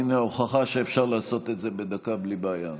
הינה ההוכחה שאפשר לעשות את זה בדקה בלי בעיה.